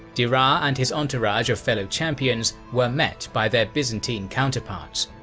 dhiraar and his entourage of fellow champions were met by their byzantine counterparts,